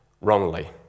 wrongly